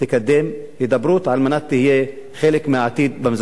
הידברות כדי שתהיה חלק מהעתיד במזרח התיכון.